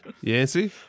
Yancy